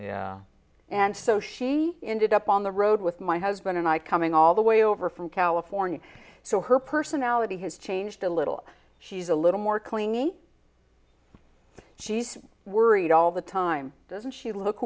and so she ended up on the road with my husband and i coming all the way over from california so her personality has changed a little she's a little more queenie she's worried all the time doesn't she look